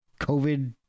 COVID